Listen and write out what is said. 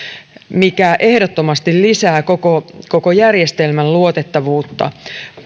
mikä ehdottomasti lisää koko koko järjestelmän luotettavuutta